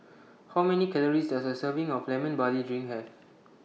How Many Calories Does A Serving of Lemon Barley Drink Have